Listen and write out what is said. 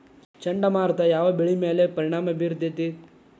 ಚಂಡಮಾರುತ ಯಾವ್ ಬೆಳಿ ಮ್ಯಾಲ್ ಪರಿಣಾಮ ಬಿರತೇತಿ?